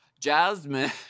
Jasmine